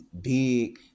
big